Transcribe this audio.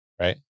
Right